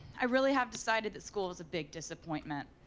i really have decided that school is a big disappointment.